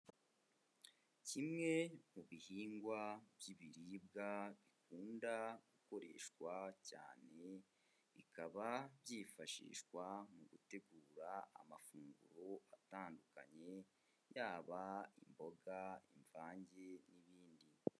Kimwe mu bihingwa by'ibiribwa bikunda gukoreshwa cyane bikaba byifashishwa mu gutegura amafunguro atandukanye yaba imboga, imvange n'ibindi.